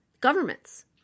governments